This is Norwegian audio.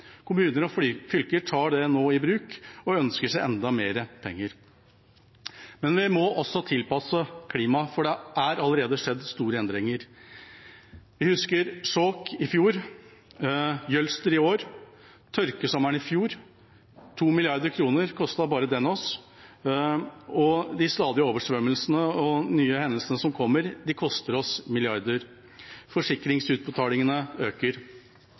Kommuner og fylker tar det nå i bruk og ønsker seg enda mer penger. Men vi må også tilpasse oss klimaet, for det er allerede skjedd store endringer. Vi husker Skjåk i fjor, Jølster i år, tørkesommeren i fjor – 2 mrd. kr kostet bare den oss. De stadige oversvømmelsene og nye hendelsene som kommer, koster oss milliarder. Forsikringsutbetalingene øker.